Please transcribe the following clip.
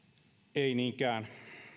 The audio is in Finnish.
ei niinkään